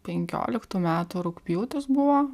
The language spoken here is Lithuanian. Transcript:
penkioliktų metų rugpjūtis buvo